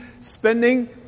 spending